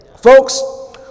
folks